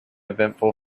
eventful